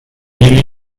really